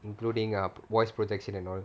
including err voice projection and all